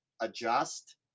adjust –